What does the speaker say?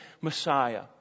Messiah